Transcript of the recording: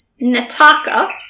Nataka